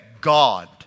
God